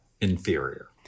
inferior